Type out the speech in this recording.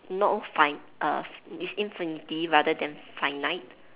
no fin~ err it's infinity rather than finite